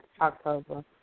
October